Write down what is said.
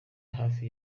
hafi